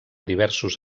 diversos